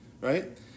right